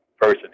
person